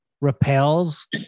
repels